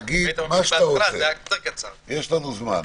תגיד מה שאתה רוצה, יש לנו זמן.